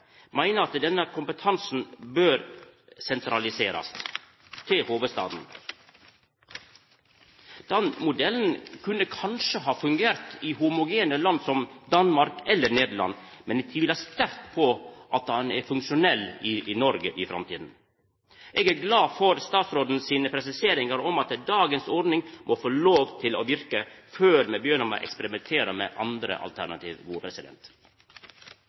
meiner at denne kompetansen bør sentraliserast til hovudstaden. Den modellen kunne kanskje ha fungert i homogene land som Danmark eller Nederland, men eg tvilar sterkt på at han er funksjonell i Noreg i framtida. Eg er glad for statsråden sine presiseringar, at dagens ordning må få lov til å verka, før me begynner å eksperimentera med andre alternativ.